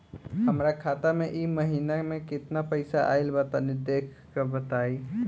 हमरा खाता मे इ महीना मे केतना पईसा आइल ब तनि देखऽ क बताईं?